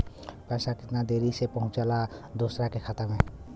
पैसा कितना देरी मे पहुंचयला दोसरा के खाता मे?